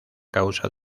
causa